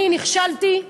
אני נכשלתי.